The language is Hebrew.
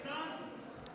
יש יום הולדת לממשלה.